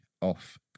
Off